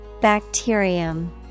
Bacterium